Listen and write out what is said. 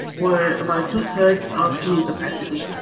were about two-thirds of new capacity.